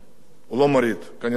הוא לא מוריד, כנראה הוא טעה.